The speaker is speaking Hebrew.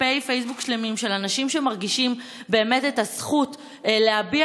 דפי פייסבוק שלמים של אנשים שמרגישים באמת את הזכות להביע